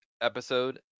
episode